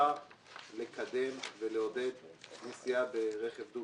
במטרה לקדם ולעודד נסיעה ברכב דו